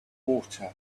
water